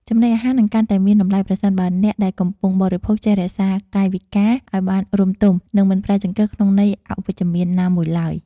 ចំណីអាហារនឹងកាន់តែមានតម្លៃប្រសិនបើអ្នកដែលកំពុងបរិភោគចេះរក្សាកាយវិការឱ្យបានរម្យទមនិងមិនប្រើចង្កឹះក្នុងន័យអវិជ្ជមានណាមួយឡើយ។